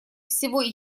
всего